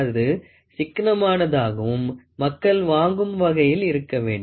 அது சிக்கனமானதாகவும் மக்கள் வாங்கும் வகையில் இருக்க வேண்டும்